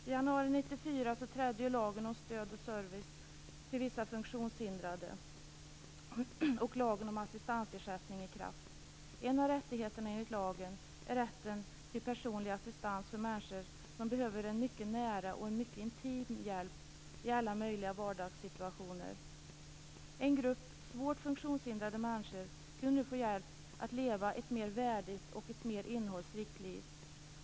I januari 1994 trädde ju lagen om stöd och service till vissa funktionshindrade och lagen om assistansersättning i kraft. En av rättigheterna enligt lagen är rätten till personlig assistans för människor som behöver en mycket nära och intim hjälp i alla möjliga vardagssituationer. En grupp svårt funktionshindrade människor kunde nu får hjälp att leva ett mer värdigt och mer innehållsrikt liv.